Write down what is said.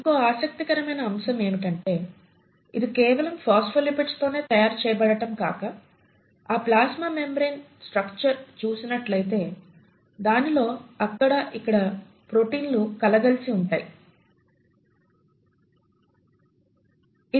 ఇంకో ఆసక్తికరమైన అంశం ఏంటంటే ఇది కేవలం ఫోస్ఫోలిపిడ్స్ తోనే తయారు చేయబడటం కాక ఆ ప్లాస్మా మెంబ్రేన్ స్ట్రక్చర్ చూసినట్లయితే దానిలో అక్కడ ఇక్కడ ప్రోటీన్లు కలగలిసి ఉంటాయి